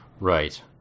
Right